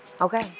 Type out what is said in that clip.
Okay